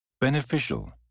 Beneficial